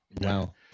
wow